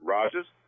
Rogers